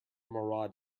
murad